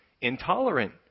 intolerant